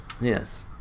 yes